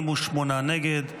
56 בעד, 48 נגד.